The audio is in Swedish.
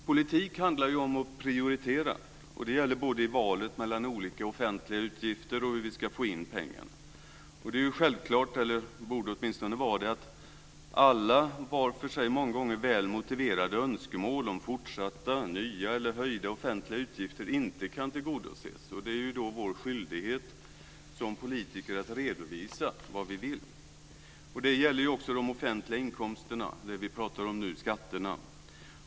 Politik handlar ju om att prioritera, och det gäller både i valet mellan olika offentliga utgifter och hur vi ska få in pengarna. Det är ju självklart, eller borde åtminstone vara det, att alla var för sig många gånger väl motiverade önskemål om fortsatta, nya eller höjda offentliga utgifter inte kan tillgodoses, och det är ju då vår skyldighet som politiker att redovisa vad vi vill. Det gäller ju också de offentliga inkomsterna, det vi pratar om nu; skatterna.